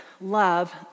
love